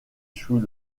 sous